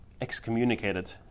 excommunicated